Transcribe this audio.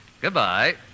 Goodbye